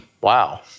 Wow